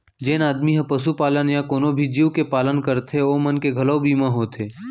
जेन आदमी ह पसुपालन या कोनों भी जीव के पालन करथे ओ मन के घलौ बीमा होथे